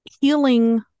Healing